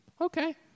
Okay